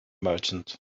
merchant